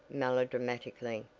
melodramatically.